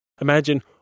Imagine